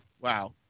Wow